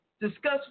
discuss